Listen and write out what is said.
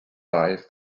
dive